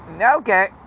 Okay